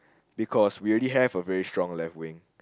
because we already have a very strong left wing